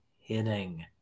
hitting